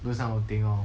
do this kind of thing lor